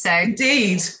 Indeed